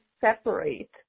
separate